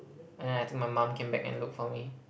and I take my mum came back and looked for me